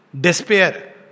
Despair